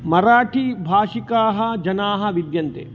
मराठी भाषिकाः जनाः विद्यन्ते